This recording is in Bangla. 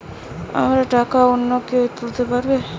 আমার টাকা অন্য কেউ তুলতে পারবে কি?